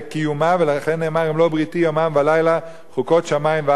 ולכן נאמר: "אם לא בריתי יומם ולילה חֻקות שמים וארץ לא שמתי".